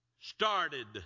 started